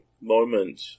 moment